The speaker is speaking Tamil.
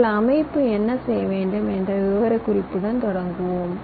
உங்கள் அமைப்பு என்ன செய்ய வேண்டும் என்று விவரக்குறிப்புடன் தொடங்குவோம்